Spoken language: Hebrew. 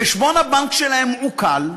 חשבון הבנק שלהם עוקל,